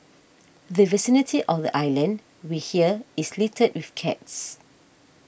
the vicinity of the island we hear is littered with cats